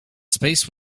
space